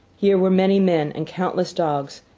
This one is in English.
here were many men, and countless dogs,